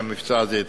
שהמבצע הזה התחיל,